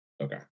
okay